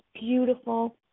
beautiful